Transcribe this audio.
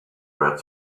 red